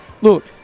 look